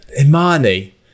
Imani